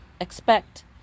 expect